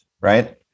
right